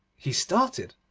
he started,